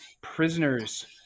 Prisoners